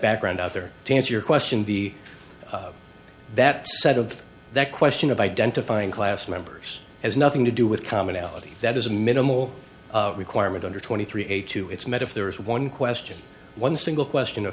background out there to answer your question the that set of that question of identifying class members has nothing to do with commonality that is a minimal requirement under twenty three a two it's met if there is one question one single question